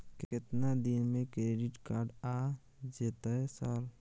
केतना दिन में क्रेडिट कार्ड आ जेतै सर?